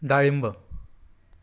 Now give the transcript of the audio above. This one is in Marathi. डाळिंब